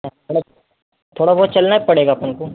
हाँ थोड़ा बहुत चलना भी पड़ेगा अपन को